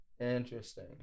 Interesting